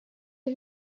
who